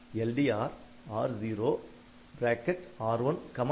LDR R0R1 R2